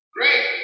Great